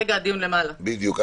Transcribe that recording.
בדיוק.